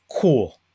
cool